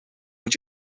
moet